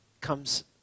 comes